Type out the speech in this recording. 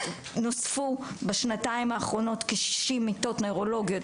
נוספו בשנתיים האחרונות כשישים מיטות נוירולוגיות.